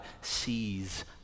sees